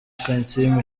kansiime